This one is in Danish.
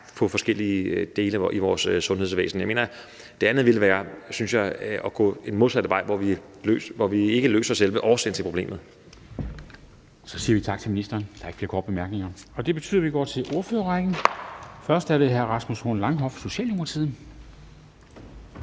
i forskellige dele af vores sundhedsvæsen. Det andet ville, synes jeg, være at gå den modsatte vej, hvor vi ikke løser selve årsagen til problemet. Kl. 10:58 Formanden (Henrik Dam Kristensen): Så siger vi tak til ministeren. Der er ikke flere korte bemærkninger, og det betyder, at vi går til ordførerrækken. Først er det hr. Rasmus Horn Langhoff, Socialdemokratiet.